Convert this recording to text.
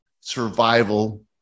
survival